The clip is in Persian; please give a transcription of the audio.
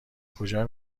کجا